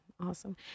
Awesome